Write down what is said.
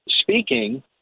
speaking